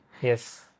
Yes